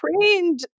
trained